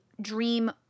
dream